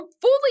fully